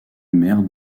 maire